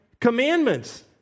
commandments